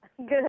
Good